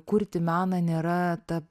kurti meną nėra ta